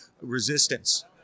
resistance